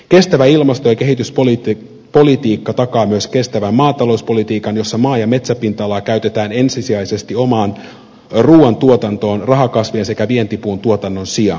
kestävä ilmasto ja kehityspolitiikka takaa myös kestävän maatalouspolitiikan jossa maa ja metsäpinta alaa käytetään ensisijaisesti omaan ruuantuotantoon rahakasvien sekä vientipuun tuotannon sijaan